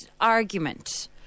argument